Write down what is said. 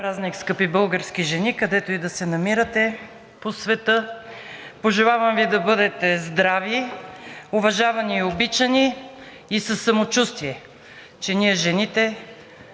празник, скъпи български жени, където и да се намирате по света! Пожелавам Ви да бъдете здрави, уважавани и обичани, и със самочувствие, че ние жените,